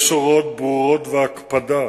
יש הוראות ברורות והקפדה